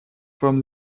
from